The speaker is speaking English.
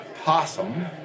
possum